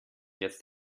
jetzt